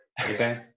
Okay